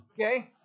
okay